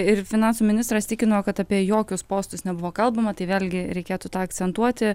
ir finansų ministras tikino kad apie jokius postus nebuvo kalbama tai vėlgi reikėtų tą akcentuoti